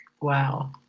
Wow